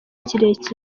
kirekire